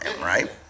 right